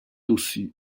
aussi